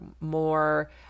more